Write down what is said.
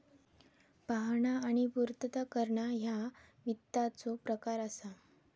पाहणा आणि पूर्तता करणा ह्या वित्ताचो प्रकार असा